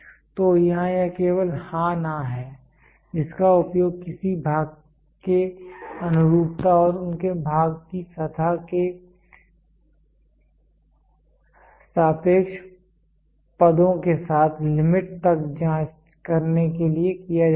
तो यहाँ यह केवल हाँ ना है जिसका उपयोग किसी भाग के अनुरूपता और उनके भाग की सतह के सापेक्ष पदों के साथ लिमिट तक जाँच करने के लिए किया जाता है